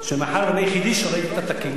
שמאחר שאני הייתי היחיד שראה את הפתקים,